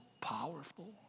powerful